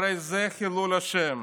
הרי זה חילול השם.